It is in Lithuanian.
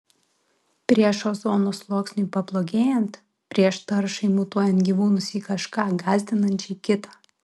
prieš ozono sluoksniui pablogėjant prieš taršai mutuojant gyvūnus į kažką gąsdinančiai kitą